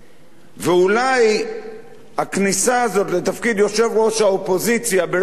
ואולי הכניסה הזאת לתפקיד יושב-ראש האופוזיציה ברגל שמאל,